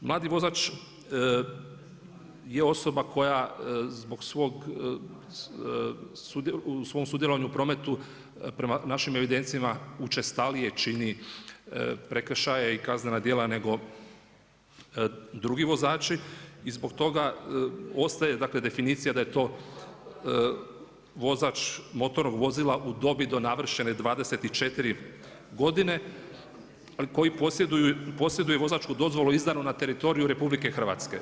Mladi vozač je osoba koja zbog svog, u svom sudjelovanju u prometu, prema našim evidencijama učestalije čini prekršaje i kaznena djela nego drugi vozači i zbog toga ostaje dakle definicija da je to vozač motornog vozila u dobi do navršene 24 godine koji posjeduje vozačku dozvolu izdanu na teritoriju RH.